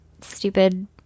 stupid